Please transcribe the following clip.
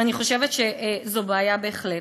אני חושבת שזו בעיה בהחלט.